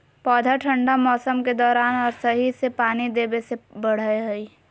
पौधा ठंढा मौसम के दौरान और सही से पानी देबे से बढ़य हइ